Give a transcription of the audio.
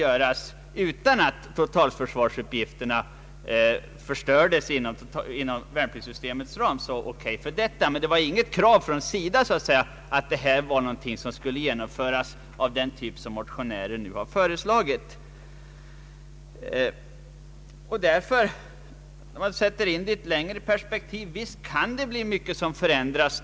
Om en sådan rekrytering kunde ske utan men för totalförsvaret och inom värnpliktssystemets ram så hade de ingenting däremot. Det var inget krav från dem att en ordning av det slag som motionärerna nu föreslagit skulle genomföras. På längre sikt kan naturligtvis mycket förändras.